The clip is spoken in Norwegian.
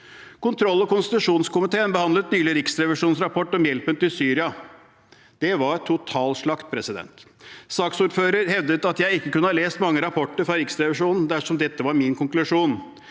Kontroll- og konstitusjonskomiteen behandlet nylig Riksrevisjonens rapport om hjelpen til Syria. Det var totalslakt. Saksordføreren hevdet at jeg ikke kunne ha lest mange rapporter fra Riksrevisjonen dersom dette var min konklusjon.